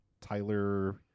Tyler